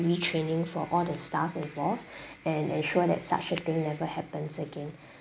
retraining for all the staff involved and ensure that such a thing never happens again